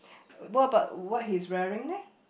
what about what he's wearing leh